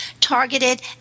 targeted